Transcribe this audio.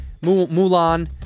Mulan